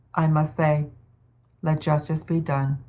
i must say let justice be done.